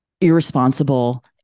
irresponsible